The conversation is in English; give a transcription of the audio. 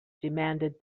demanded